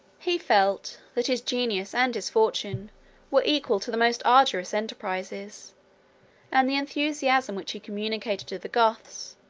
he felt, that his genius and his fortune were equal to the most arduous enterprises and the enthusiasm which he communicated to the goths,